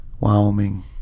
Wyoming